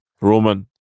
Roman